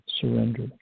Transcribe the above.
surrender